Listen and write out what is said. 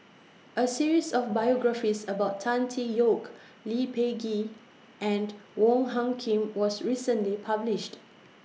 A series of biographies about Tan Tee Yoke Lee Peh Gee and Wong Hung Khim was recently published